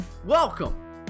Welcome